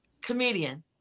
comedian